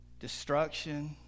destruction